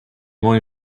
more